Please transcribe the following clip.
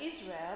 Israel